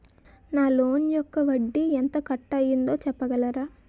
నా లోన్ యెక్క వడ్డీ ఎంత కట్ అయిందో చెప్పగలరా?